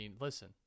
listen